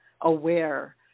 aware